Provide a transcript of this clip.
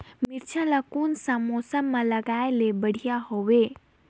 मिरचा ला कोन सा मौसम मां लगाय ले बढ़िया हवे